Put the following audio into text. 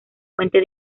fuente